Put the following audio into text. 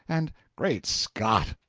and great scott!